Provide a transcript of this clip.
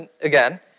again